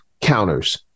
counters